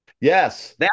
Yes